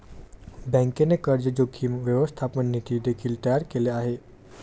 बँकेने कर्ज जोखीम व्यवस्थापन नीती देखील तयार केले आहे